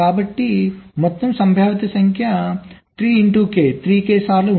కాబట్టి మొత్తం సంభావ్యత సంఖ్య 3 k సార్లు ఉంటుంది